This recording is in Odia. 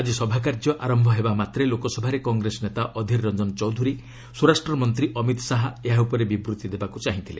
ଆଜି ସଭାକାର୍ଯ୍ୟ ଆରମ୍ଭ ହେବା ମାତ୍ରେ ଲୋକସଭାରେ କଂଗ୍ରେସ ନେତା ଅଧିର ରଞ୍ଜନ ଚୌଧ୍ରରୀ ସ୍ୱରାଷ୍ଟ୍ର ମନ୍ତ୍ରୀ ଅମିତ ଶାହା ଏହା ଉପରେ ବିବୃଭି ଦେବାକୁ ଚାହିଁଥିଲେ